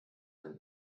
einem